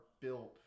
built